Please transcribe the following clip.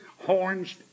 horns